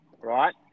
right